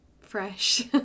fresh